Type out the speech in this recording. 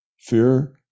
fear